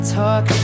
talk